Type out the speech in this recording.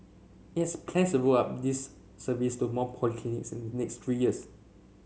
it's plans roll out this service to more polyclinics in the next three years